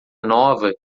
nova